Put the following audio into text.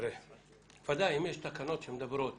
אם יש תקנות שמדברות